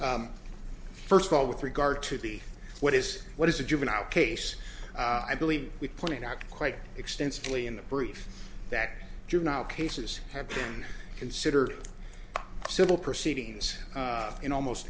first of all with regard to the what is what is a juvenile case i believe we pointed out quite extensively in the brief that juvenile cases have been considered civil proceedings in almost